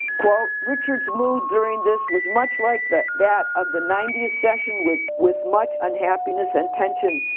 quote, richard's mood during this was much like the that of the ninetieth session with with much unhappiness and tension.